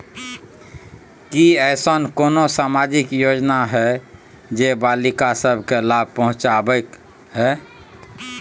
की ऐसन कोनो सामाजिक योजना हय जे बालिका सब के लाभ पहुँचाबय हय?